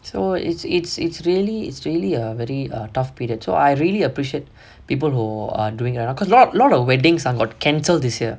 so it's it's it's really it's really a very tough period too I really appreciate people who are doing right now because a lot of weddings or got cancel this year